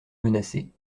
menacé